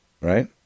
right